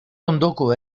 ondoko